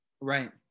Right